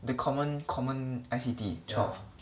the common common I_C_T twelve